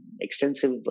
extensive